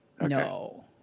No